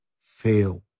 fail